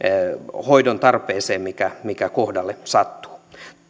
hoidon tarpeeseen mikä mikä kohdalle sattuu